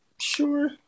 Sure